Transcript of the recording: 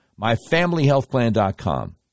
MyFamilyHealthPlan.com